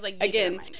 again